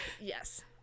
Yes